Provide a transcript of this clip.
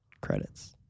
Credits